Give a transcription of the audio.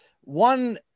one